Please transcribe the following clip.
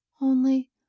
Only—